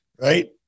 right